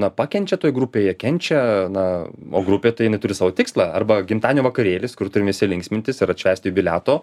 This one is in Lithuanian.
na pakenčia toj grupėje kenčia na o grupė tai jinai turi savo tikslą arba gimtadienio vakarėlis kur turim visi linksmintis ir atšvęsti jubiliato